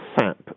sap